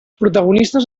protagonistes